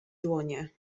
dłonie